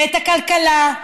ואת הכלכלה,